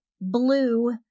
blue